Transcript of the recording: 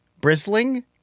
bristling